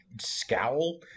scowl